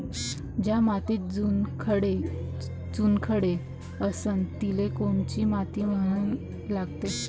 ज्या मातीत चुनखडे चुनखडे असन तिले कोनची माती म्हना लागन?